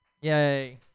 Yay